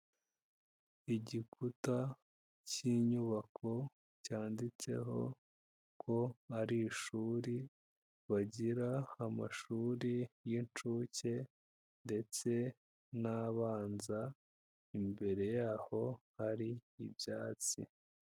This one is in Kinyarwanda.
Igikuta cy'inyubako cyanditseho ngo ari ishuri, bagira amashuri y'incuke ndetse n'abanza imbere yaho hari ibyatsi.